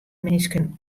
minsken